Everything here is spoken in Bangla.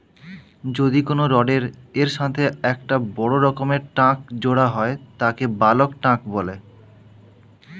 যদি কোনো রডের এর সাথে একটা বড় রকমের ট্যাংক জোড়া হয় তাকে বালক ট্যাঁক বলে